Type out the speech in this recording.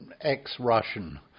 ex-Russian